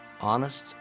honest